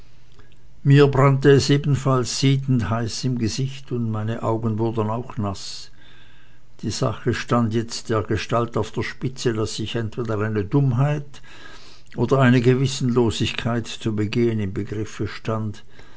mir brannte es ebenfalls siedendheiß im gesicht und meine augen wurden auch naß die sache stand jetzt dergestalt auf der spitze daß ich entweder eine dummheit oder eine gewissenlosigkeit zu begehen im begriffe stand